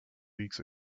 weeks